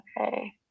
okay